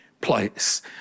place